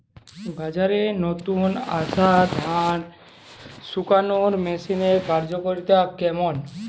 বাজারে নতুন আসা ধান শুকনোর মেশিনের কার্যকারিতা কেমন?